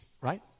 right